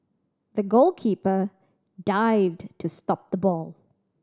the goalkeeper dived to stop the ball